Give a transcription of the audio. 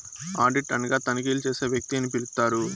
audit అనగా తనిఖీలు చేసే వ్యక్తి అని పిలుత్తారు